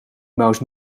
mouse